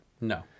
No